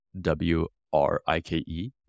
W-R-I-K-E